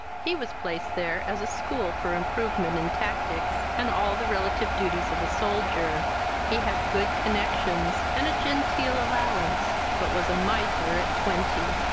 he was placed there as a school for improvement in tactics and all the relative duties of a soldier he had good connexions, and a genteel allowance but was a miser at twenty.